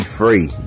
free